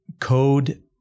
code